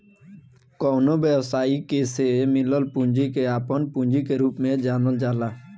कवनो व्यवसायी के से मिलल पूंजी के आपन पूंजी के रूप में जानल जाला